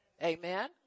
Amen